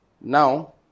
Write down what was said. Now